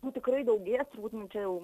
jų tikrai daugės turbūt nu čia jau